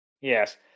Yes